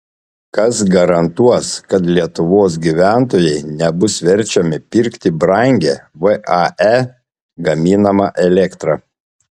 kas garantuos kad lietuvos gyventojai nebus verčiami pirkti brangią vae gaminamą elektrą